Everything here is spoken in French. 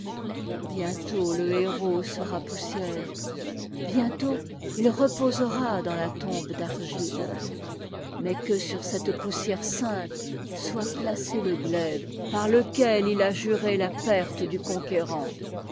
bientôt le héros sera poussière bientôt it réposera dans àtombed'argite mais que sur cette poussière sainte soit p acé le glaive par lequel il ajuré apertedu conquérant